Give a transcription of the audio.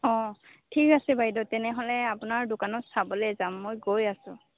অঁ ঠিক আছে বাইদেউ তেনেহ'লে আপোনাৰ দোকানত চাবলৈ যাম মই গৈ আছোঁ